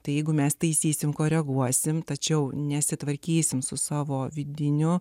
tai jeigu mes taisysime koreguosime tačiau nesitvarkysime su savo vidiniu